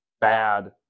bad